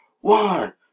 One